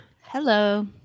Hello